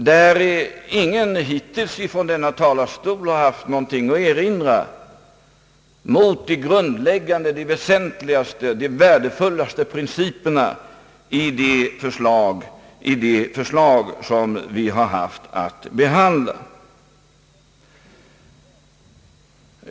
Ingen har hittills ifrån denna talarstol haft någonting att erinra mot de grundläggande, väsentligaste och värdefullaste principerna i de förslag som vi har haft att behandla.